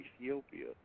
Ethiopia